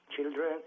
children